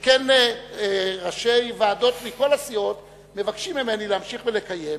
שכן ראשי ועדות מכל הסיעות מבקשים ממני להמשיך ולקיים.